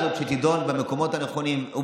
כן,